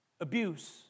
Abuse